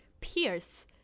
Pierce